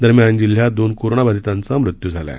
दरम्यान जिल्ह्यात दोन कोरोनाबाधितांचा मृत्यू झाला आहे